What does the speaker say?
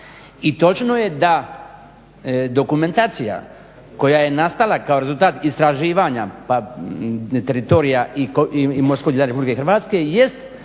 I točno je da dokumentacija koja je nastala kao rezultat istraživanja pa teritorija i morskog dijela Republike Hrvatske